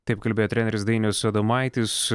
taip kalbėjo treneris dainius adomaitis